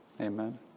amen